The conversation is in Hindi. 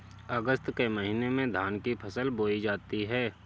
अगस्त के महीने में धान की फसल बोई जाती हैं